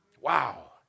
wow